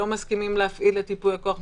לא מסכימים להפעיל את ייפוי הכוח,